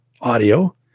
audio